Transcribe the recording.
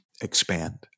expand